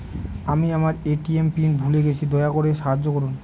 আমি আমার ATM PIN ভুলে গেছি, দয়া করে সাহায্য করুন